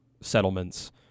settlements